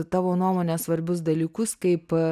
tavo nuomone svarbius dalykus kaip